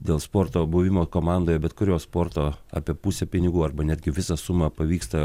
dėl sporto buvimo komandoje bet kurios sporto apie pusę pinigų arba netgi visą sumą pavyksta